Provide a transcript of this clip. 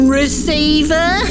receiver